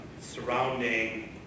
surrounding